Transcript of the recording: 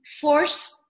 force